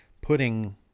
putting